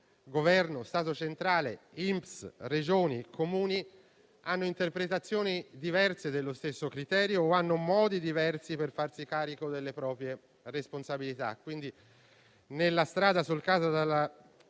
Governo, Stato centrale, INPS, Regioni, Comuni hanno interpretazioni diverse dello stesso criterio o hanno modi diversi per farsi carico delle proprie responsabilità.